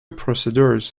procedures